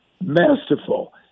masterful